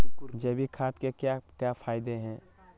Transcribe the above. जैविक खाद के क्या क्या फायदे हैं?